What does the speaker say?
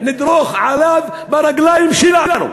נדרוך עליו ברגליים שלנו.